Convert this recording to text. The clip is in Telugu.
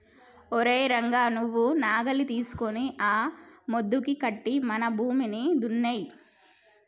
ఓరై రంగ నువ్వు నాగలి తీసుకొని ఆ యద్దుకి కట్టి మన భూమిని దున్నేయి